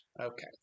Okay